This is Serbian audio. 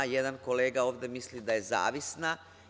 Jedan kolega ovde misli da je zavisna.